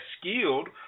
skilled